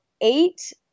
eight